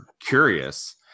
curious